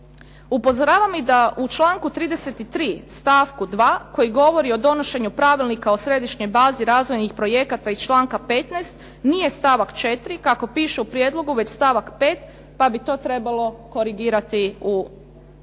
Upozoravam i da u članku 33. stavku 2. koji govori o donošenju pravilnika o središnjoj bazi razvojnih projekata iz članka 15. nije stavak 4., kako piše u prijedlogu, već stavak 5. pa bi to trebalo korigirati u